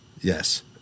Yes